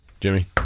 Jimmy